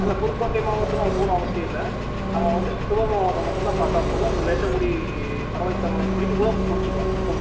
இல்லை புதுக்கோட்டை மாவட்டத்தில் நம்ம போகணும்னு அவசியம் இல்லை நம்ம வந்து சிவகங்கை மாவட்டம் மட்டும் தான் பார்த்தா போதும் அந்த வேட்டங்குடி பறவை சரணாலயம் போயிட்டுக் கூட முடிச்சுக்கலாம் போதும்